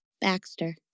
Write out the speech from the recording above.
Baxter